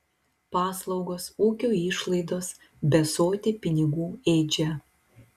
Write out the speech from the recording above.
paslaugos ūkio išlaidos besotė pinigų ėdžia